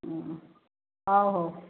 ହୁଁ ହଉ ହଉ